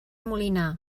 molinar